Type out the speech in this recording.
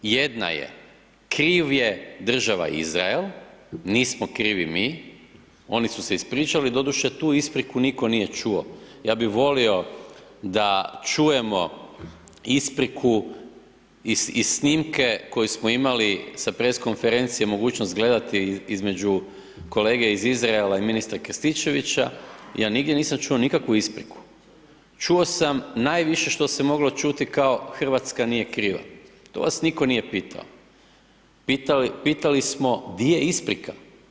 Jedna je, kriv je država Izrael, nismo krivi mi, oni su se ispričali doduše, tu ispriku nitko nije čuo, ja bi volio da čujemo ispriku i snimke koje smo imali sa pres konferencije mogućnost gledati između kolege iz Izraela i ministra Krstičevića, ja nigdje nisam čuo nikakvu ispriku, čuo sam, najviše što se moglo čuti kao RH nije kriva, to vas nitko nije pitao, pitali smo di je isprika?